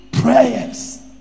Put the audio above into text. prayers